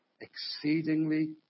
exceedingly